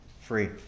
free